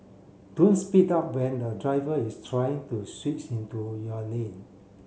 don't speed up when a driver is trying to switch into your lane